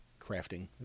crafting